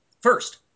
First